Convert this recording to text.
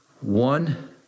one